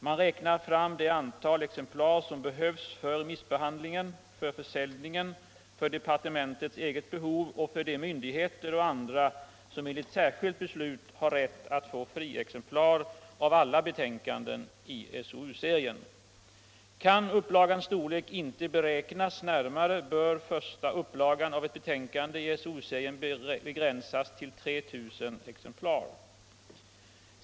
Man räknar fram det antal exemplar som behövs för remissbehandlingen, för försäljningen, för departementets eget behov och för de myndigheter och andra som enligt särskilt beslut har rätt att få friexemplar av alla betänkanden i SOU-serien. Kan upplagans storlek inte beräknas närmare bör första upplagan av ett betänkande i SOU-serien begränsas till 3 000 exemplar.